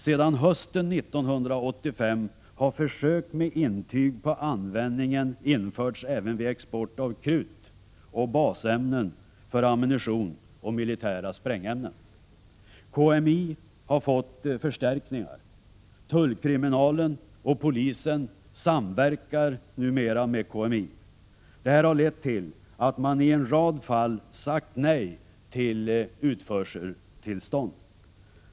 Sedan hösten 1985 har försök med intyg på användningen införts även vid export av krut och basämnen för ammunition och militära sprängämnen. KMI har fått förstärkningar. Tullkriminalen och polisen samverkar numera med KMI. Detta har lett till att man i en rad fall sagt nej till utförseltillstånd.